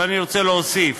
אבל אני רוצה להוסיף: